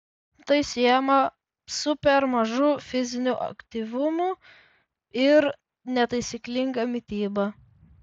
tai siejama su per mažu fiziniu aktyvumu ir netaisyklinga mityba